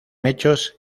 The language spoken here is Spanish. hechos